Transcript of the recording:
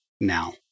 now